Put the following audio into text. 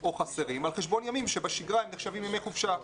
או חסרים על חשבון ימים שבשגרה הם נחשבים ימי חופשה.